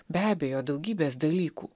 be abejo daugybės dalykų